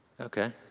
Okay